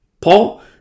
Paul